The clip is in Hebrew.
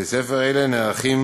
בבתי-ספר אלה נערכים